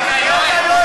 נא לקרוא בשמות חברי